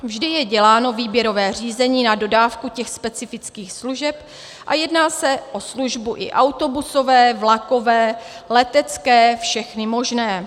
Vždy je děláno výběrové řízení na dodávku specifických služeb a jedná se o službu i autobusové, vlakové, letecké, všechny možné.